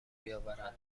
بیاورند